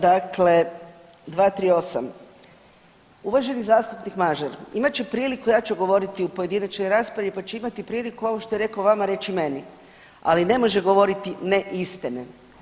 Dakle, 238., uvaženi zastupnik Mažar imat će priliku, ja ću govoriti u pojedinačnoj raspravi, pa će imati priliku ovo što je rekao vama, reći meni, ali ne može govoriti neistine.